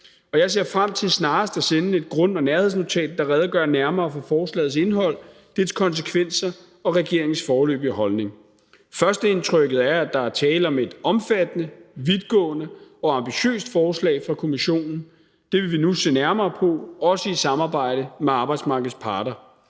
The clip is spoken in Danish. jeg ser frem til snarest at sende et grund- og nærhedsnotat, der redegør nærmere for forslagets indhold, dets konsekvenser og regeringens foreløbige holdning. Førstehåndsindtrykket er, at der er tale om et omfattende, vidtgående og ambitiøst forslag fra Kommissionen, og det vil vi nu se nærmere på, også i samarbejde med arbejdsmarkedets parter.